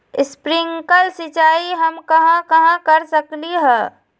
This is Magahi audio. स्प्रिंकल सिंचाई हम कहाँ कहाँ कर सकली ह?